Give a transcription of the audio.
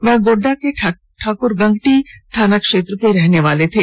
वह गोड्डा के ठाकुरगंगटी थाना क्षेत्र के रहने वाले थे